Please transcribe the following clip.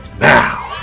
now